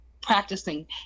practicing